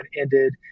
ended